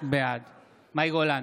בעד מאי גולן,